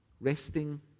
resting